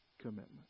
commitment